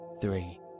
three